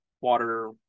water